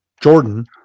Jordan